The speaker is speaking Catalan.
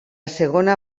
segona